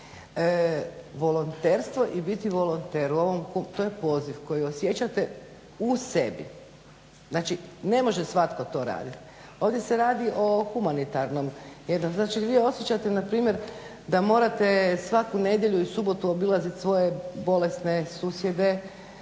volonterstvo i biti volonter to je poziv koji osjećate u sebi. Znači ne može to svatko raditi. ovdje se radi o humanitarnom. Znači vi osjećati npr. da morate svaku nedjelju i subotu obilaziti svoje bolesne susjede,